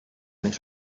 his